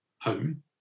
home